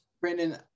Brandon